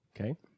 Okay